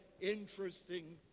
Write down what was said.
interesting